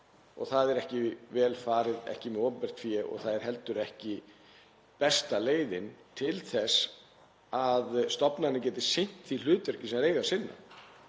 og það er ekki vel farið með opinbert fé og það er heldur ekki besta leiðin til þess að stofnanir geti sinnt því hlutverki sem þær eiga að sinna.